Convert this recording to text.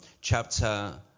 chapter